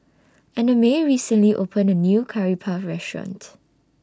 Annamae recently opened A New Curry Puff Restaurant